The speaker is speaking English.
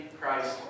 Christ